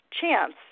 chance